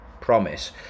promise